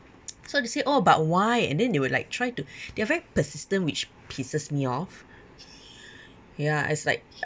so they say oh but why and then they were like try to they are very persistent which pisses me off ya it's like